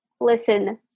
listen